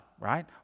right